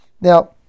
Now